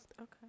Okay